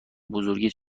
بزرگیت